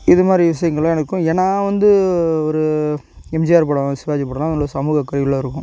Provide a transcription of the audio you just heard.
இதுமாதிரி விசியங்கள்லாம் எனக்கும் ஏன்னா வந்து ஒரு எம்ஜிஆர் படம் சிவாஜி படம்லாம் நல்ல சமூக அக்கறையுள்ளா இருக்கும்